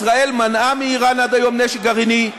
ישראל מנעה מאיראן עד היום נשק גרעיני,